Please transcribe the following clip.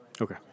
Okay